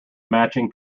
matching